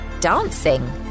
dancing